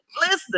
listen